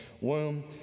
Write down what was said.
womb